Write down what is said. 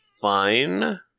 fine